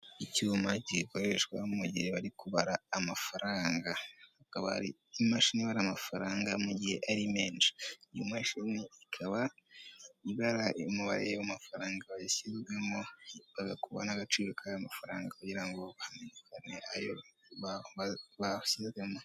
Icyuma gikoreshwa mu gihe bari kubara amafaranga, akaba ari imashini ibara amafaranga mu gihe ari menshi, iyo mashini ikaba ibara umubare w'amafaranga yashyizwemo, bagakuba n'gaciro k'ayo mafaranga kugira ngo hamenyekane ayo bashyizemo.